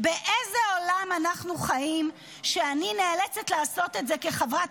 באיזה עולם אנחנו חיים שאני נאלצת לעשות את זה כחברת